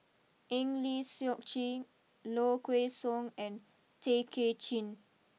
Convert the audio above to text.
Eng Lee Seok Chee Low Kway Song and Tay Kay Chin